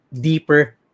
deeper